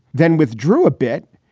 then withdrew a bit.